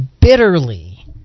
bitterly